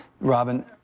Robin